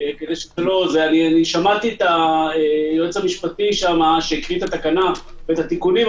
אני שמעתי את היועץ המשפטי שהקריא את התקנה ואת התיקונים,